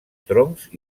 troncs